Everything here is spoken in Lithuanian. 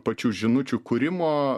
pačių žinučių kūrimo